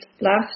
last